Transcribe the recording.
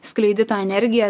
skleidi tą energiją